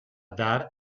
dar